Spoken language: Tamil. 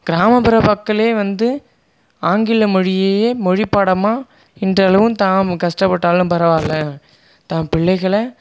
கிராமப்புற மக்களே வந்து ஆங்கில மொழியையே மொழி பாடமாக இன்றளவும் தாமும் கஷ்டப்பட்டாலும் பரவாயில்லை தாம் பிள்ளைகளை